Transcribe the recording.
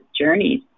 journeys